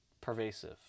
pervasive